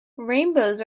rainbows